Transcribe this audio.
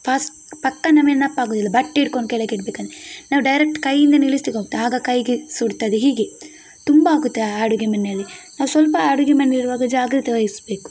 ಫಾಸ್ ಪಕ್ಕ ನಮಗೆ ನೆನಪಾಗುವುದಿಲ್ಲ ಬಟ್ಟೆ ಹಿಡ್ಕೊಂಡು ಕೆಳಗೆ ಇಡ್ಬೇಕಂತ ನಾವು ಡೈರೆಕ್ಟ್ ಕೈಯ್ಯಿಂದಲೇ ಇಳಿಸ್ಲಿಕ್ಕೆ ಹೋಗ್ತೇವೆ ಆಗ ಕೈಗೆ ಸುಡ್ತದೆ ಹೀಗೆ ತುಂಬ ಆಗುತ್ತೆ ಅಡುಗೆ ಮನೆಯಲ್ಲಿ ನಾವು ಸ್ವಲ್ಪ ಅಡುಗೆ ಮನೆಯಲ್ಲಿರುವಾಗ ಜಾಗ್ರತೆ ವಹಿಸಬೇಕು